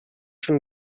schon